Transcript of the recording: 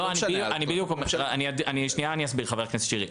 לא, אני אסביר, חבר הכנסת שירי.